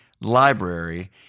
library